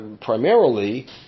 primarily